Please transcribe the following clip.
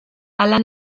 hala